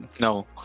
no